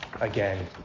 again